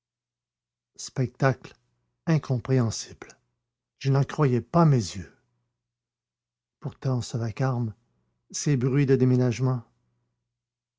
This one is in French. spectacle incompréhensible je n'en croyais pas mes yeux pourtant ce vacarme ces bruits de déménagement